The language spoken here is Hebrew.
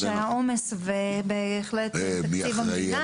שהיה עומס בוועדה בגלל תקציב המדינה.